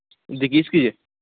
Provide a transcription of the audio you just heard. ꯂꯦꯗꯤꯁꯀꯤꯁꯦ